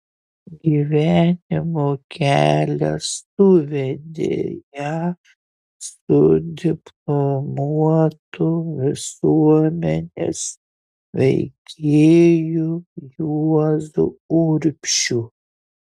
gyvenimo kelias suvedė ją su diplomuotu visuomenės veikėju juozu urbšiu